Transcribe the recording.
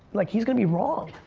like he's gonna be wrong.